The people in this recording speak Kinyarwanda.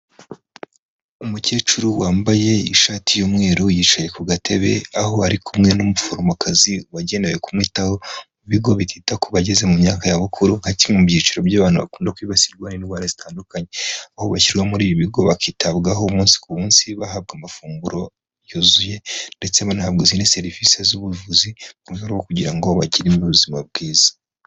Umukecuru wambaye ishati y'umweru, yicaye ku gatebe aho ari kumwe n'umuforomokazi wagenewe kumwitaho, mu bigo bitita ku bageze mu myaka ya bukuru nka kimwe mu byiciro by'abantu bakunda kwibasirwa n'indwara zitandukanye, aho bashyirwa muri ibi bigo bakitabwaho umunsi ku munsi bahabwa amafunguro yuzuye ndetse banahabwa izindi serivisi z'ubuvuzi mu rwero rwo kugira ngo bagire mu ubuzima bwiza.